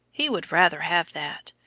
he would rather have that.